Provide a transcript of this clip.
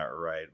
right